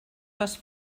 pas